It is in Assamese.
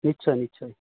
নিশ্চয় নিশ্চয়